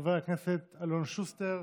חבר הכנסת אלון שוסטר.